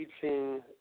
teaching